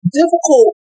difficult